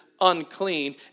unclean